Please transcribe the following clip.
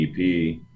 EP